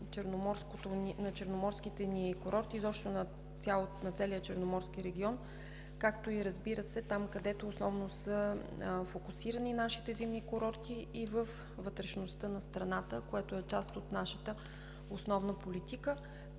на черноморските ни курорти и изобщо на целия Черноморски регион, както, разбира се, и там, където основно са фокусирани нашите зимни курорти и във вътрешността на страната, което е част от нашата основна политика.